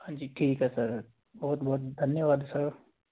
ਹਾਂਜੀ ਠੀਕ ਹੈ ਸਰ ਬਹੁਤ ਬਹੁਤ ਧੰਨੇਵਾਦ ਸਰ